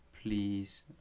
please